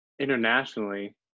internationally